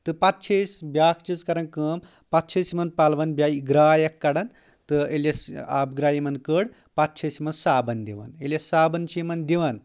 تہٕ پتہٕ چھِ أسۍ بیاکھ چیٖز کران کٲم پتہٕ چھِ أسۍ یِمن پلون بیٚیہ گرے اکھ کڑان تہٕ ییٚلہِ أسۍ آبہ گرے یِمن کٔڑ پتہٕ چھِ أسۍ یِمن صابن دِوان ییٚلہِ أسۍ صابن چھِ یِمن دِوان